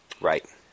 Right